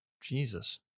Jesus